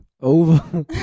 Over